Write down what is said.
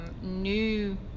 new